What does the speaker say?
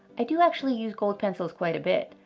i do actually use gold pencils quite a bit,